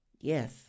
Yes